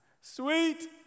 Sweet